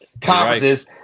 conferences